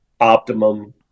optimum